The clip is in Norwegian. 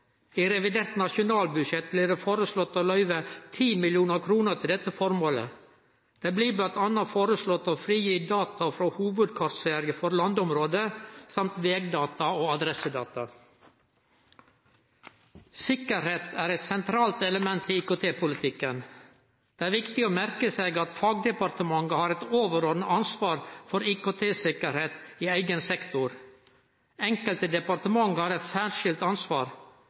I revidert nasjonalbudsjett blir det foreslått å løyve 10 mill. kr til dette formålet. Det blir bl.a. foreslått å frigi data frå hovudkartserien for landområda og vegdata og adressedata. Sikkerheit er eit sentralt element i IKT-politikken. Det er viktig å merke seg at fagdepartementa har eit overordna ansvar for IKT-sikkerheita i eigen sektor. Enkelte departement har eit særskilt ansvar.